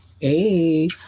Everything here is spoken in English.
Hey